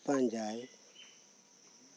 ᱯᱟᱸᱡᱟᱭ